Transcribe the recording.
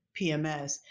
PMS